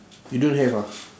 you don't have ah